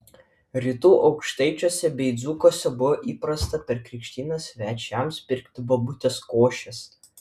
rytų aukštaičiuose bei dzūkuose buvo įprasta per krikštynas svečiams pirkti bobutės košės